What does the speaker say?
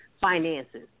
finances